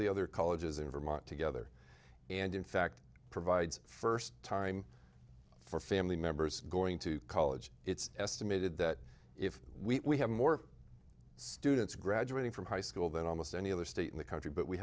the other colleges in vermont together and in fact provides first time for family members going to college it's estimated that if we have more students graduating from high school than almost any other state in the country but we